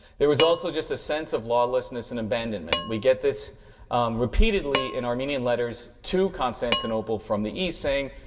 there was also just a sense of lawlessness and abandonment. we get this repeatedly in armenian letters to constantinople from the east saying,